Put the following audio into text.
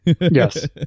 Yes